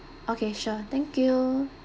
okay sure thank you